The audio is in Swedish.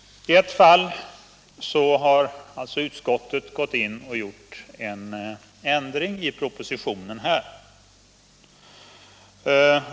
I ett fall har utskottet gjort en ändring i förhållande till propositionen.